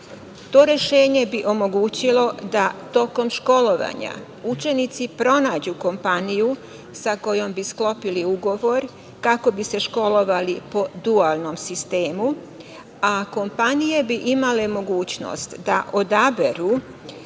rešenje bi omogućilo da tokom školovanja učenici pronađu kompaniju sa kojom bi sklopili ugovor kako bi se školovali po dualnom sistemu, a kompanije bi imale mogućnost da odaberu